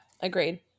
agreed